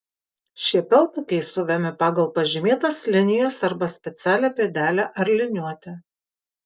šie peltakiai siuvami pagal pažymėtas linijas arba specialią pėdelę ar liniuotę